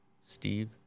Steve